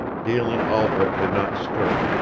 galen albret did not stir,